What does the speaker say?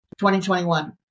2021